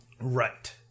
Right